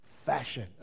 fashion